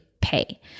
pay